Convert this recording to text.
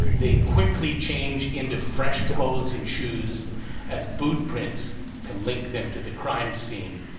they quickly change into fresh clothes and shoes as boot prints can link them to the crime scene,